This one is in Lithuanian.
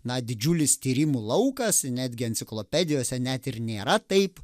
na didžiulis tyrimų laukas netgi enciklopedijose net ir nėra taip